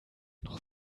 noch